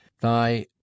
thy